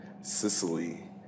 Sicily